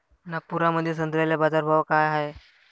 नागपुरामंदी संत्र्याले बाजारभाव काय हाय?